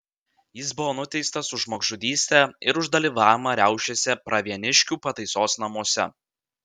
jis buvo nuteistas už žmogžudystę ir už dalyvavimą riaušėse pravieniškių pataisos namuose